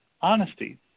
honesty